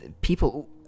people